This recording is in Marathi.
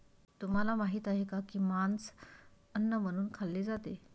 तुम्हाला माहित आहे का की मांस अन्न म्हणून खाल्ले जाते?